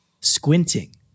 squinting